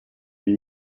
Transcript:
une